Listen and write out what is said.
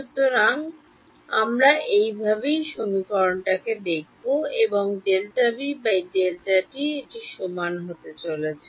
সুতরাং আমার এবং ∂B ∂t এটি সমান হতে চলেছে